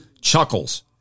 chuckles